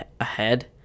ahead